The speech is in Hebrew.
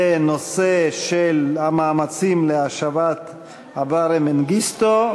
בנושא: המאמצים להשבת אברה מנגיסטו.